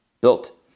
built